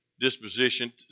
disposition